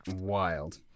wild